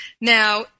Now